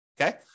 Okay